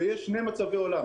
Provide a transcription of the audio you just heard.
ויש שני מצבי עולם,